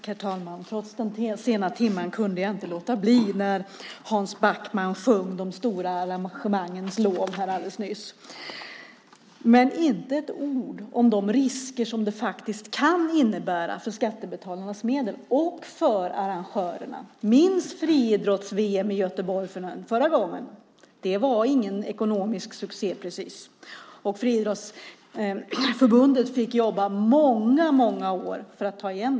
Herr talman! Trots den sena timmen kunde jag inte låta bli att begära replik när Hans Backman alldeles nyss här sjöng de stora arrangemangens lov. Inte ett ord sades om de risker som det faktiskt kan innebära för skattebetalarnas medel och för arrangörerna. Minns friidrotts-VM i Göteborg förra gången! Det var ingen ekonomisk succé precis. Friidrottsförbundet fick jobba i många många år med att ta igen.